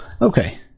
Okay